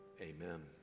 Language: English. amen